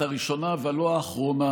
הצלחתך היא בוודאי הצלחת הבית כולו.